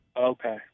Okay